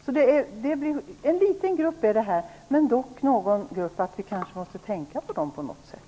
Det här är en liten grupp, men vi måste kanske tänka på den på något sätt.